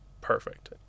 perfect